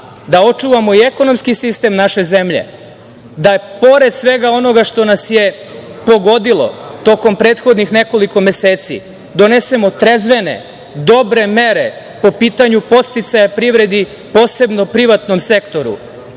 da očuvamo i ekonomski sistem naše zemlje, da pored svega onoga što nas je pogodilo tokom prethodnih nekoliko meseci donesemo trezvene, dobre mere po pitanju podsticaja privredi, posebno u privatnom sektoru. Uspeli